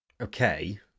Okay